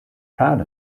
proud